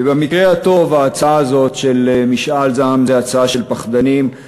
ובמקרה הטוב ההצעה הזאת של משאל עם היא הצעה של פחדנים,